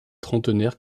trentenaires